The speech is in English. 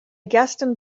gaston